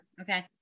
Okay